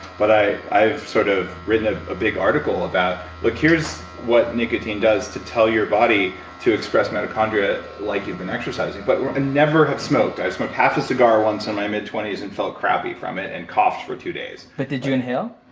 but i've, sort of, written ah a big article about, look here's what nicotine does to tell your body to express mitochondria, like you've been exercising but never have smoked. i smoked half a cigar once in my mid twenty s and felt crappy from it and coughed for two days but did you inhale?